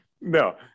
No